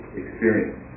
experience